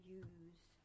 use